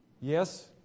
yes